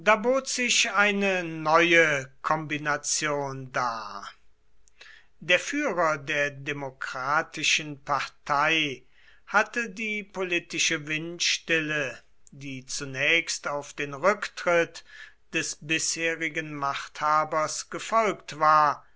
bot sich eine neue kombination dar der führer der demokratischem partei hatte die politische windstille die zunächst auf den rücktritt des bisherigen machthabers gefolgt war